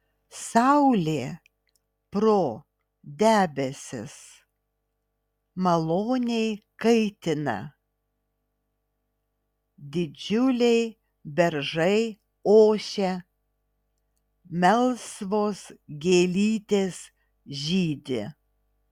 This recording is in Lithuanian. saulė pro debesis maloniai kaitina didžiuliai beržai ošia melsvos gėlytės žydi